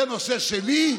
זה נושא שלי?